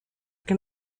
can